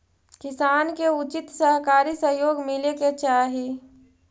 किसान के उचित सहकारी सहयोग मिले के चाहि